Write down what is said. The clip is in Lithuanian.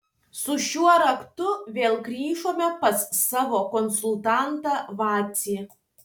su šiuo raktu vėl grįžome pas savo konsultantą vacį